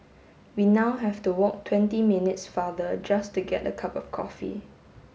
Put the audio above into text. we now have to walk twenty minutes farther just to get a cup of coffee